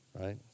right